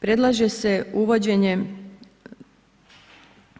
Predlaže se uvođenje